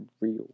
real